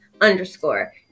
underscore